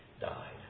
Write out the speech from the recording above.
died